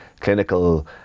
clinical